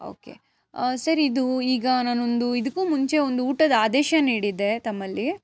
okay sir ಇದು ಈಗ ನಾನೊಂದು ಇದಕ್ಕೂ ಮುಂಚೆ ಒಂದು ಊಟದ ಆದೇಶ ನೀಡಿದ್ದೆ ತಮ್ಮಲ್ಲಿ